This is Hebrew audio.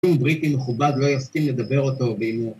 שום בריטי מכובד לא יסכים לדבר אותו באימון